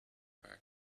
fact